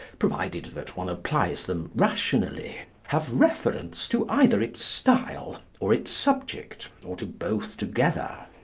provided that one applies them rationally, have reference to either its style or its subject, or to both together.